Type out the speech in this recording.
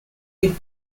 did